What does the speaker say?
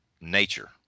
nature